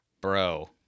Bro